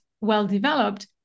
well-developed